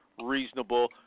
reasonable